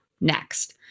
next